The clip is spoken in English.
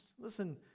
Listen